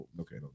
Okay